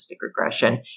regression